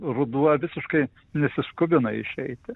ruduo visiškai nesiskubina išeiti